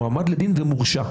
מועמד לדין ומורשע.